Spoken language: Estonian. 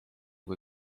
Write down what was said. kui